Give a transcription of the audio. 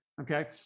okay